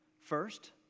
First